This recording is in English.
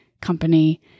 company